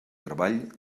treball